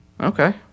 Okay